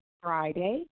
Friday